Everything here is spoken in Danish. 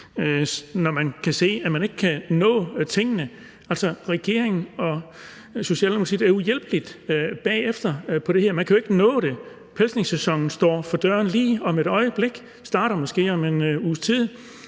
når vi kan se, at man ikke kan nå tingene. Men altså, regeringen og Socialdemokratiet er uhjælpelig bagefter på det her område. Man kan jo ikke nå det. Pelsningssæsonen står for døren lige om et øjeblik og starter måske om en uges tid.